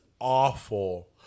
awful